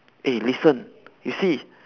eh listen you see